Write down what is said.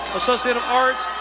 associate of arts,